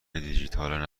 دیجیتال